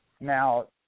Now